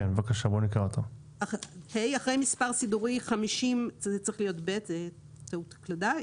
אחרי מספר סידורי 50ג יבוא: